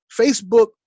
Facebook